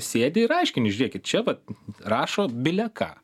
sėdi ir aiškini žiūrėkit čia vat rašo bileką